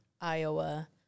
Iowa